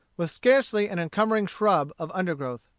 with scarcely an encumbering shrub of undergrowth.